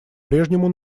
прежнему